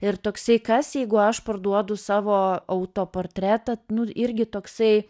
ir toksai kas jeigu aš parduodu savo autoportretą irgi toksai